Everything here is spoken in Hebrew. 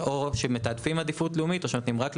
או שמתעדפים אזורי